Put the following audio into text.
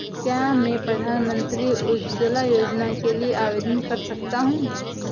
क्या मैं प्रधानमंत्री उज्ज्वला योजना के लिए आवेदन कर सकता हूँ?